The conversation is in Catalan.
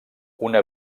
una